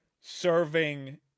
serving